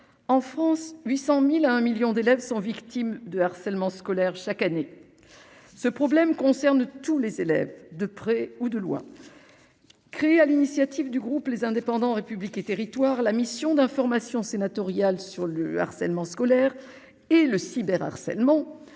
en France 800000 à un 1000000 d'élèves sont victimes de harcèlement scolaire : chaque année, ce problème concerne tous les élèves de près ou de loin, créé à l'initiative du groupe, les indépendants, République et Territoires la mission d'information sénatoriale sur le harcèlement scolaire et le cyberharcèlement